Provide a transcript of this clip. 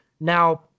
now